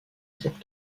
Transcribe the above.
cette